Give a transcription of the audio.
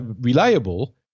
reliable